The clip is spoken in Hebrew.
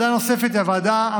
תודה רבה,